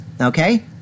Okay